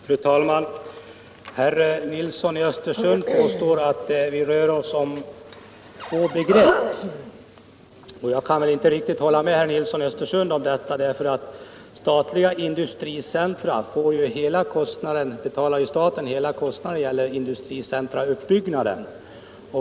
Fru talman! Herr Nilsson i Östersund påstår att vi rör oss med två begrepp. Jag kan inte riktigt hålla med herr Nilsson om det. Staten betalar ju hela kostnaden för uppbyggnaden av industricentra.